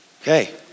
Okay